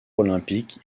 olympique